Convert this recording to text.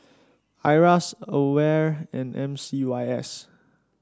Iras Aware and M C Y S